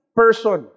person